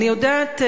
אני יודעת,